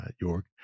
York